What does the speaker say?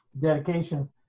dedication